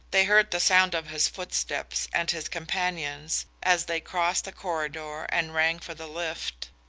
they heard the sound of his footsteps and his companion's, as they crossed the corridor and rang for the lift.